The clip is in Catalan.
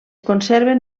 conserven